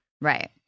Right